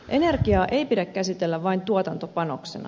energiaa ei pidä käsitellä vain tuotantopanoksena